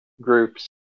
groups